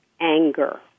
anger